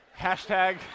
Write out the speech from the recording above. Hashtag